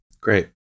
Great